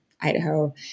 Idaho